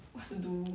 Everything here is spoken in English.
what to do